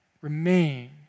remain